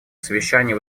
совещания